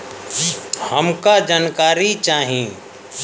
हमका जानकारी चाही?